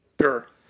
Sure